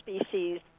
species